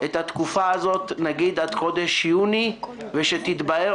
את התקופה הזאת עד יוני בערך כשתתבהר